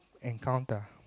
encounter